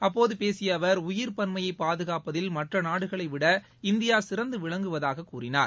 அப்போது பேசிய அவர் உயிர்ப்பன்மையை பாதுகாப்பதில் மற்ற நாடுகளைவிட இந்தியா சிறந்து விளங்குவதாகக் கூறினார்